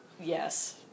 Yes